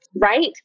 Right